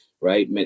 Right